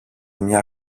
μια